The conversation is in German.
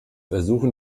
ersuchen